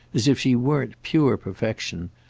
as if she weren't pure perfection.